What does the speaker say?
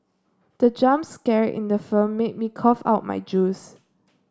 the jump scare in the film made me cough out my juice